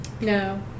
No